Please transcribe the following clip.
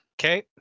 Okay